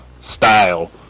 style